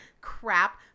crap